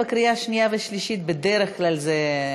חברת הכנסת מרב מיכאלי, אינה נוכחת.